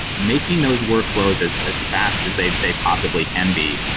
making those workflows as as fast as they they possibly can be.